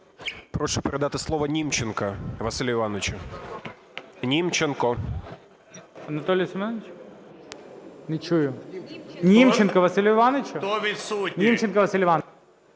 Прошу передати слово Німченку Василю Івановичу, Німченку. ГОЛОВУЮЧИЙ. Анатолію Семеновичу? Не чую. Німченку Василю Івановичу? Німченко Василь Іванович.